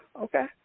okay